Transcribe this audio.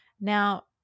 Now